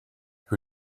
who